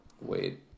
wait